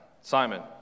Simon